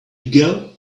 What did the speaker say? ago